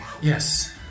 Yes